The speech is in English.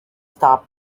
stop